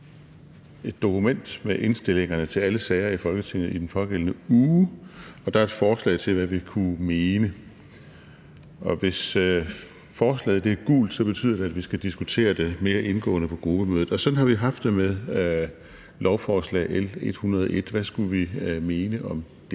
et dokument med indstillingerne til alle sager i Folketinget i den pågældende uge, og der er et forslag til, hvad vi kunne mene. Hvis forslaget er gult, betyder det, at vi skal diskutere det mere indgående på gruppemødet. Og sådan har vi haft det med lovforslag L 101. Hvad skulle vi mene om det?